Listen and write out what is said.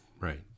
Right